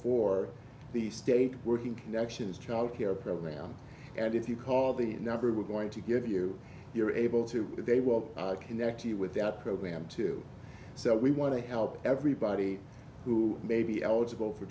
for the state working connections child care program and if you call the number we're going to give you you're able to they will connect you with that program too so we want to help everybody who may be eligible for